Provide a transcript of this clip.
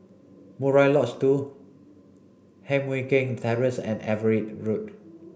Murai Lodge two Heng Mui Keng Terrace and Everitt Road